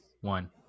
one